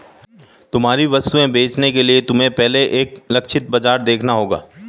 तुम्हारी वस्तुएं बेचने के लिए तुम्हें पहले एक लक्षित बाजार देखना होगा